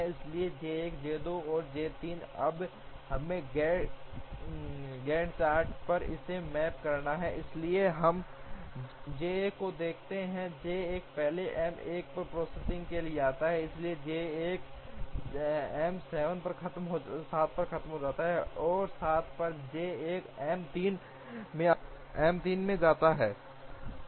इसलिए J 1 J 2 और J 3 अब हमें गैंट चार्ट पर इसे मैप करना है इसलिए हम J 1 को देखते हैं J 1 पहले M 1 पर प्रोसेसिंग के लिए जाता है इसलिए J 1 M 7 पर खत्म होता है और 7 पर J 1 M 3 में जाता है